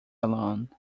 alone